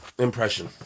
Impression